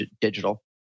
digital